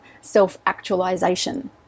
self-actualization